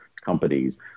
companies